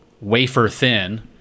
wafer-thin